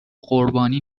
قربانی